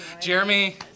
Jeremy